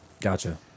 Gotcha